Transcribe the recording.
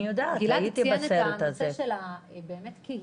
גלעד ציין את הנושא של הקהילה.